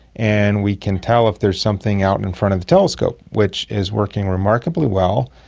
and we can tell if there is something out in front of the telescope, which is working remarkably well.